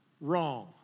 Wrong